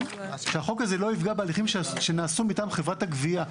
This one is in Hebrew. שהחוק הזה לא יפגע בהליכים שנעשו מטעם חברת הגבייה.